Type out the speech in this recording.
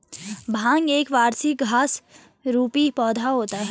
भांग एक वार्षिक घास रुपी पौधा होता है